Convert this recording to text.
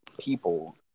people